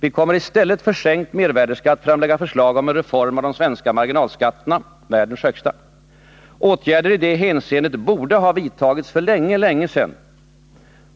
I stället för sänkt mervärdeskatt kommer vi att framlägga förslag om en reform av de svenska marginalskatterna — världens högsta. Åtgärder i det hänseendet borde ha vidtagits för länge, länge sedan.